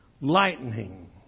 lightning